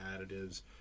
additives